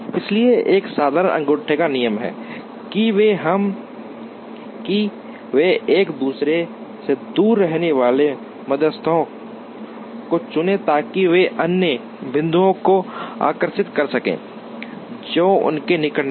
इसलिए एक साधारण अंगूठे का नियम है कि वे एक दूसरे से दूर रहने वाले मध्यस्थों को चुनें ताकि वे अन्य बिंदुओं को आकर्षित कर सकें जो उनके निकट हैं